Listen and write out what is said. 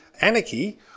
anarchy